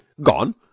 Gone